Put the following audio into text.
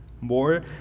more